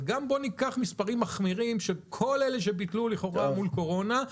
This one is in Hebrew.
אבל גם בוא ניקח מספרים מחמירים של כל אלה שביטלו לכאורה מול קורונה.